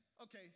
Okay